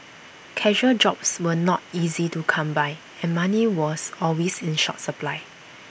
casual jobs were not easy to come by and money was always in short supply